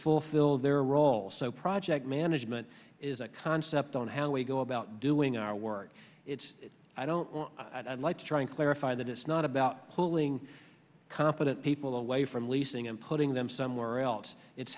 fulfill their role so project management is a concept on how we go about doing our work it's i don't know i'd like to try and clarify that it's not about pulling competent people away from leasing and putting them somewhere else it's